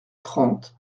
trente